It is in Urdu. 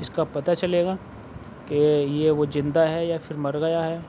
اس کا پتہ چلے گا کہ یہ وہ زندہ ہے یا پھر مر گیا ہے